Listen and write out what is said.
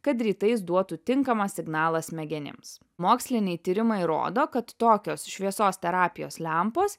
kad rytais duotų tinkamą signalą smegenims moksliniai tyrimai rodo kad tokios šviesos terapijos lempos